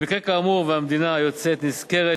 במקרה כאמור המדינה יוצאת נשכרת,